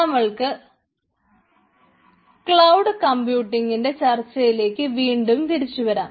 നമുക്ക് ക്ലൌഡ് കംപ്യൂട്ടിങ്ങിന്റെ ചർച്ചയിലേക്ക് വീണ്ടും തിരിച്ചു വരാം